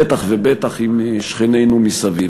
בטח ובטח עם שכנינו מסביב.